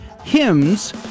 hymns